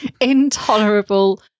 Intolerable